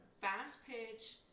fast-pitch